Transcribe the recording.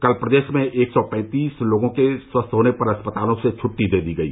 कल प्रदेश में एक सौ पैंतीस लोगों को स्वस्थ होने पर अस्पतालों से छुट्टी दे दी गई